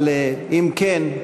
אבל אם כן,